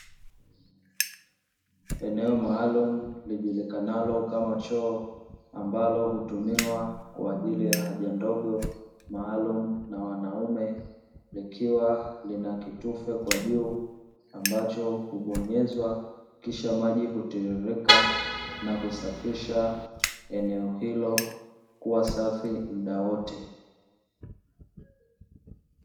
Eneo maalumu lijulikanalo kama choo ambalo hutumiwa kwa ajili ya haja ndogo maalumu na wanaume, likiwa lina kitufe kwa juu ambacho hubonyezwa kisha maji hutiririka na kusafisha eneo hilo kuwa safi muda wote.